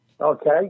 Okay